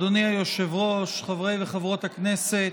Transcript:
אדוני היושב-ראש, חברי וחברות הכנסת,